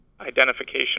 identification